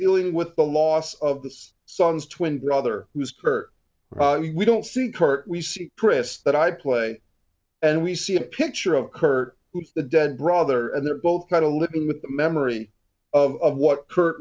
dealing with the loss of this son's twin brother who's kirk we don't see kirk we see chris that i play and we see a picture of kurt who's the den brother and they're both kind of living with the memory of what kurt